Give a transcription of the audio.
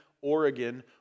Oregon